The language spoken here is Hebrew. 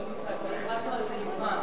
כבר החלטנו על זה מזמן.